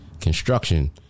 construction